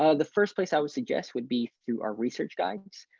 ah the first place i would suggest would be through our research guides.